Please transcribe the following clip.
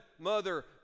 mother